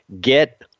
get